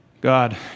God